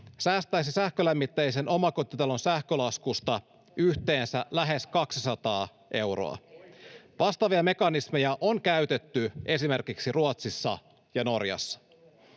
säästäisi sähkölämmitteisen omakotitalon sähkölaskusta yhteensä lähes 200 euroa. Vastaavia mekanismeja on käytetty esimerkiksi Ruotsissa ja Norjassa.